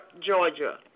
Georgia